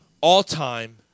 All-time